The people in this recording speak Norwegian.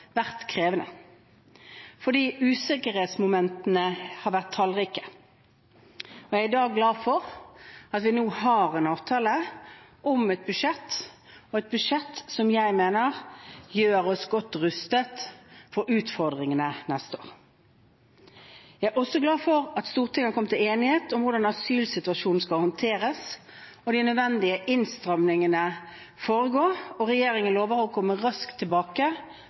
vært krevende fordi usikkerhetsmomentene har vært tallrike. Jeg er i dag glad for at vi nå har en avtale om et budsjett – et budsjett som jeg mener gjør oss godt rustet for utfordringene neste år. Jeg er også glad for at Stortinget har kommet til enighet om hvordan asylsituasjonen skal håndteres og de nødvendige innstramningene foregå, og regjeringen lover å komme raskt tilbake